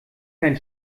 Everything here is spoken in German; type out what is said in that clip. kein